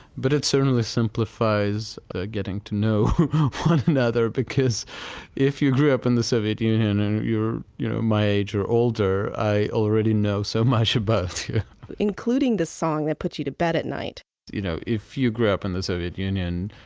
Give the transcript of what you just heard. but it's certainly simplifies getting to know one another, because if you grew up in the soviet union, and you're you know my age or older, i already know so much about here including the song that puts you to bed at night you know if you grew up in the soviet union